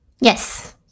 Yes